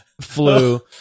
flu